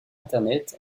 internet